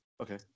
Okay